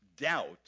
doubt